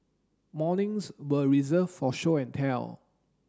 mornings were reserve for show and tell